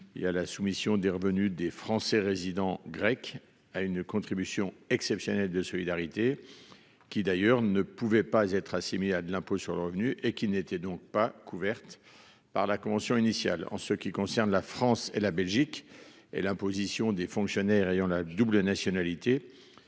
Il y a la soumission des revenus des Français résidant grec à une contribution exceptionnelle de solidarité. Qui d'ailleurs ne pouvait pas être assimilé à de l'impôt sur le revenu et qu'il n'était donc pas couvertes par la convention initiale. En ce qui concerne la France et la Belgique et l'imposition des fonctionnaires ayant la double nationalité.